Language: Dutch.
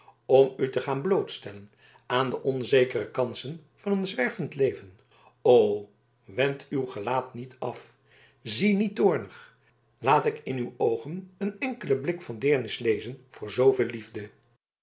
om u te gaan blootstellen aan de onzekere kansen van een zwervend leven o wend uw gelaat niet af zie niet toornig laat ik in uw oogen een enkelen blik van deernis lezen voor zooveel liefde